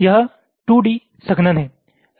यह 2 D संघनन है